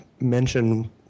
mention